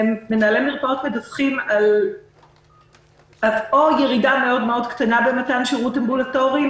שמנהלי מרפאות מדווחים על ירידה קטנה מאוד במתן שירות אמבולטורי,